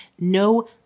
no